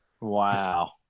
Wow